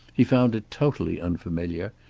he found it totally unfamiliar,